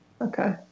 Okay